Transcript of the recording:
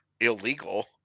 illegal